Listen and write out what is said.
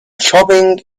shopping